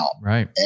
right